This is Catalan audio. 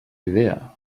idea